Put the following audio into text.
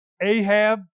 Ahab